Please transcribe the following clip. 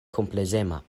komplezema